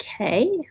Okay